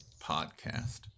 podcast